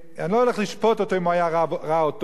אני לא הולך לשפוט אותו אם הוא היה רע או טוב,